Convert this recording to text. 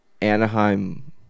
Anaheim